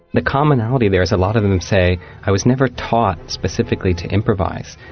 the commonality there is a lot of them say i was never taught specifically to improvise,